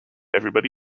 everybody